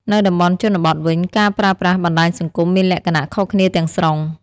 នៅតំបន់ជនបទវិញ ការប្រើប្រាស់បណ្ដាញសង្គមមានលក្ខណៈខុសគ្នាទាំងស្រុង។